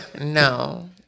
No